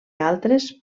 altres